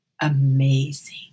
amazing